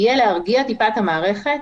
יהיה להרגיע טיפה את המערכת,